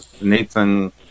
Nathan